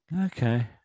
Okay